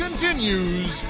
Continues